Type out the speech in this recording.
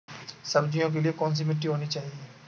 सब्जियों के लिए कैसी मिट्टी होनी चाहिए?